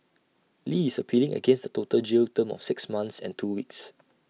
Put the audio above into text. li is appealing against the total jail term of six months and two weeks